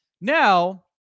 now